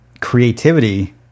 creativity